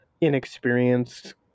inexperienced